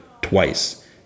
twice